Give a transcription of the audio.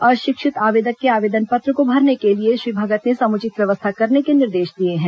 अशिक्षित आवेदक के आवेदन पत्र को भरने के लिए श्री भगत ने समुचित व्यवस्था करने के निर्देश दिए हैं